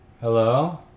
Hello